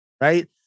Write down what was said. right